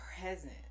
present